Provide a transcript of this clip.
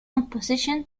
opposition